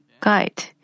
guide